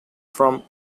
from